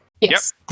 Yes